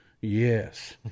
Yes